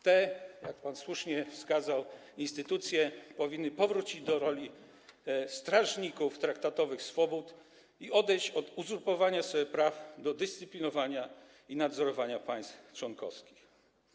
Te, jak pan słusznie wskazał, instytucje powinny powrócić do roli strażników traktatowych swobód i odejść od uzurpowania sobie prawa do dyscyplinowania i nadzorowania państw członkowskich.